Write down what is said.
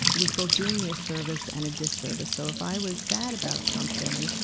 was both doing me a service and a disservice. so if i was sad about something,